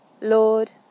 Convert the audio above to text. Lord